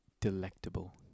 delectable